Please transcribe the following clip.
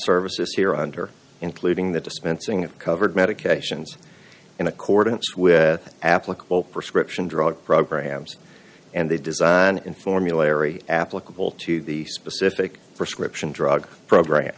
services here under including the dispensing of covered medications in accordance with applicable prescription drug programs and the design in formulary applicable to the specific prescription drug program